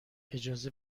اجازه